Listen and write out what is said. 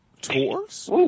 Tours